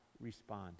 respond